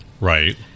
Right